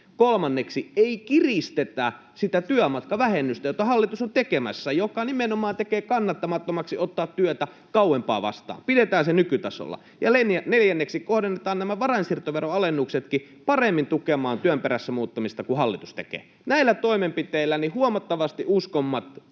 Kolmanneksi ei kiristetä sitä työmatkavähennystä, mitä hallitus on tekemässä, mikä nimenomaan tekee kannattamattomaksi ottaa työtä kauempaa vastaan — pidetään se nykytasolla. Ja neljänneksi kohdennetaan nämä varainsiirtoveron alennuksetkin tukemaan työn perässä muuttamista paremmin kuin hallitus tekee. Näillä toimenpiteillä on huomattavasti uskomattomammat